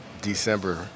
December